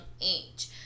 age